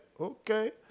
okay